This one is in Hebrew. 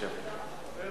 חבר